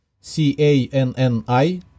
C-A-N-N-I